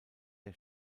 der